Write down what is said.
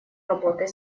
работой